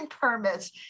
permits